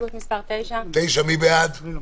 הסתייגות מס' 7. מי בעד ההסתייגות?